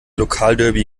lokalderby